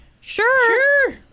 sure